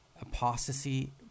Apostasy